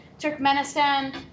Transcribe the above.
Turkmenistan